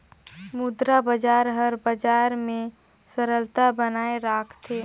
मुद्रा बजार हर बजार में तरलता बनाए राखथे